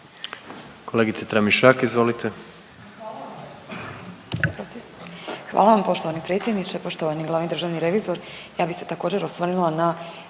izvolite. **Tramišak, Nataša (HDZ)** Hvala vam poštovani predsjedniče, poštovani glavni državni revizor. Ja bih se također osvrnula na